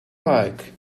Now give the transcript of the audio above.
like